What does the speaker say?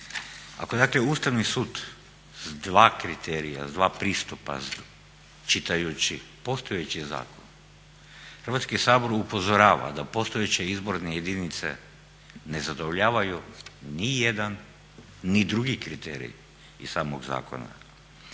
Ako dakle Ustavni sud s dva kriterija, s dva pristupa čitajući postojeći zakon Hrvatski sabor upozorava da postojeće izborne jedinice ne zadovoljavaju nijedan ni drugi kriterij iz samog zakona,